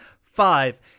five